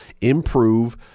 improve